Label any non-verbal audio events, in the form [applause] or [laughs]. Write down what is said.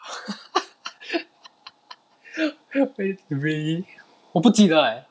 [laughs] really 我不记得 leh